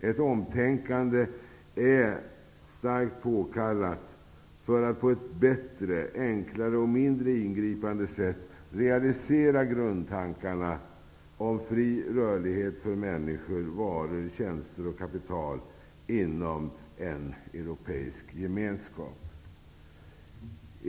- Ett omtänkande är starkt påkallat för att på ett bättre, enklare och mindre ingripande sätt realisera grundtankarna om fri rörlighet för människor, varor tjänster och kapital inom den europeiska gemenskapen.